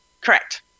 Correct